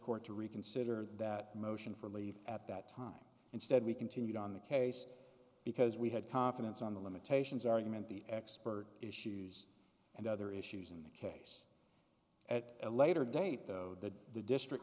court to reconsider that motion for leave at that time instead we continued on the case because we had confidence on the limitations argument the expert issues and other issues in the case at a later date that the district